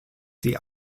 sie